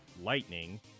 Lightning